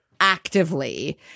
actively